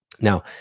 Now